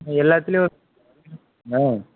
எல்லாத்துலையும் ஆ